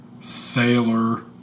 sailor